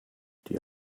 die